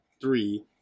three